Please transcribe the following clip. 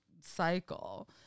cycle